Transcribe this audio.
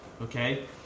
Okay